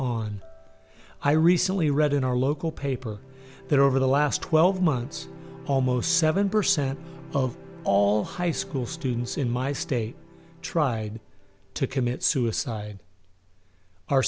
on i recently read in our local paper that over the last twelve months almost seven percent of all high school students in my state tried to commit suicide our